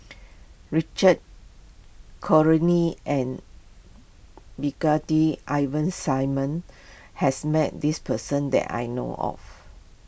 Richard and Brigadier Ivan Simon has met this person that I know of